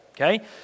okay